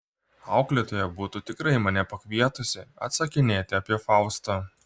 auklėtoja būtų tikrai mane pakvietusi atsakinėti apie faustą